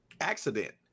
accident